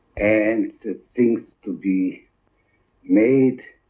and the things to be made